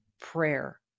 prayer